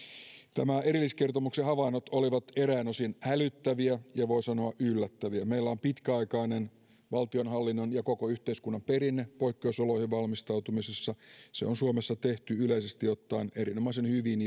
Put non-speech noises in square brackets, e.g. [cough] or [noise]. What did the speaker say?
tämän erilliskertomuksen havainnot olivat eräin osin hälyttäviä ja voi sanoa yllättäviä meillä on pitkäaikainen valtionhallinnon ja koko yhteiskunnan perinne poikkeusoloihin valmistautumisessa se on suomessa tehty yleisesti ottaen erinomaisen hyvin [unintelligible]